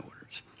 orders